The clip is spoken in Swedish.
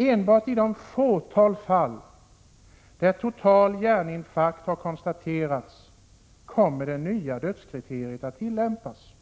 Enbart i det fåtal fall där total hjärninfarkt konstateras kommer det nya dödskriteriet att tillämpas.